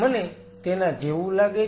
મને તેના જેવું લાગે છે